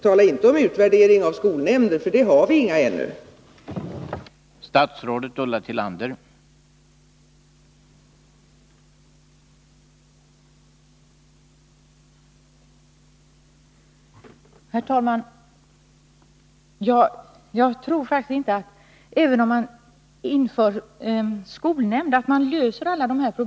Tala inte om utvärdering av skolnämnder, för vi har inte några sådana ännu!